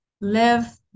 live